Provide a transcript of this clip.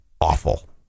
awful